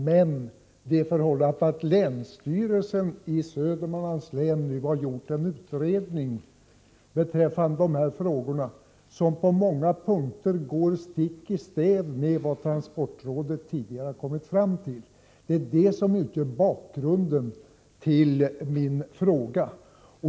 Just det förhållandet att länsstyrelsen i Södermanlands län nu har gjort en utredning beträffande dessa frågor som på många punkter går stick i stäv med vad transportrådet tidigare har kommit fram till utgör bakgrunden till frågan.